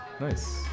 Nice